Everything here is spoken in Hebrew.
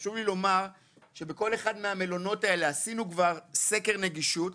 חשוב לומר שבכל אחד מהמלונות האלה עשינו כבר סקר נגישות,